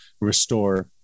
restore